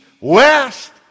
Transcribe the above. west